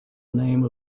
name